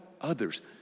others